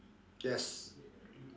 yes